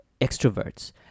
extroverts